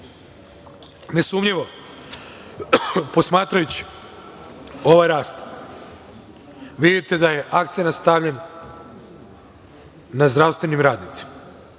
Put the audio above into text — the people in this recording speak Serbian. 54,3%.Nesumnjivo posmatrajući ovaj rast vidite da je akcenat stavljen na zdravstvenim radnicima.